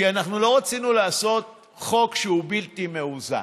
כי אנחנו לא רצינו לעשות חוק שהוא בלתי מאוזן.